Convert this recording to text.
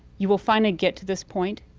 you will finally get to this point,